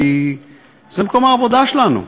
כי זה מקום העבודה שלנו.